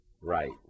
Right